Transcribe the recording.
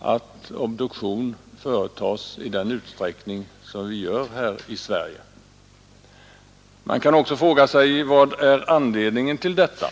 att obduktion företas i den utsträckning som vi gör här i Sverige. Man kan också fråga sig: Vad är anledningen till detta?